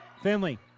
Finley